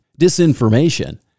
disinformation